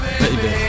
baby